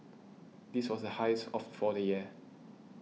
this was the highest of for the year